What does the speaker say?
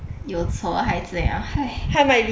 有仇还这样